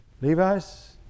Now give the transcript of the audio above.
Levi's